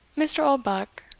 mr. oldbuck,